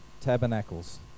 tabernacles